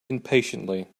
impatiently